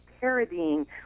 parodying